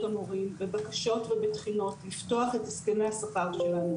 המורים בבקשות ובתחינות לפתוח את הסכמי השכר שלנו,